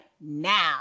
now